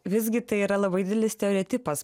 visgi tai yra labai didelis stereotipas